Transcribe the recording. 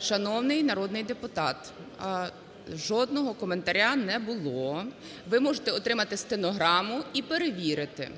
Шановний народний депутат, жодного коментаря не було. Ви можете отримати стенограму і перевірити.